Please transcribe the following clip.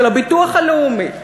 של הביטוח הלאומי,